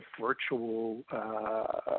virtual